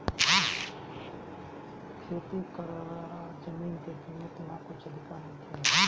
खेती करेवाला जमीन के कीमत इहा कुछ अधिका नइखे